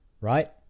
right